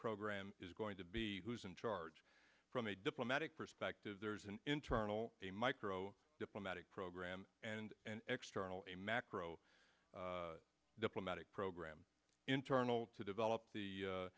program is going to be who's in charge from a diplomatic perspective there's an internal a micro diplomatic program and an external a macro diplomatic program internal to develop the